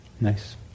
Nice